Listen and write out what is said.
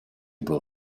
был